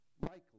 likely